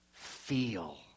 feel